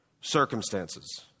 circumstances